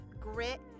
grit